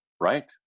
right